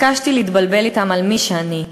ביקשתי להתבלבל אתם על מי שאני,